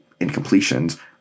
incompletions